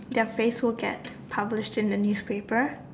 their face will get published in the newspaper